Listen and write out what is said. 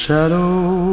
Shadow